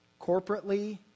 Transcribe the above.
Corporately